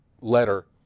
letter